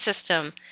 system